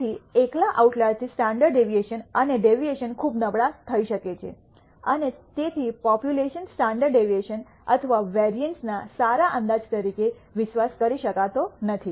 તેથી એકલ આઉટલાયર થી સ્ટાન્ડર્ડ ડેવિએશન અને ડેવિએશન ખૂબ નબળા થઈ શકે છે અને તેથી પોપ્યુલેશન સ્ટાન્ડર્ડ ડેવિએશન અથવા વેરિઅન્સ ના સારા અંદાજ તરીકે વિશ્વાસ કરી શકાતો નથી